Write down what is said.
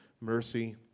Mercy